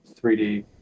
3d